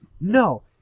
No